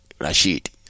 Rashid